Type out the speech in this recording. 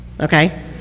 okay